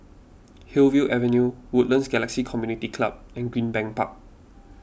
Hillview Avenue Woodlands Galaxy Community Club and Greenbank Park